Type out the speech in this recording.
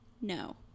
no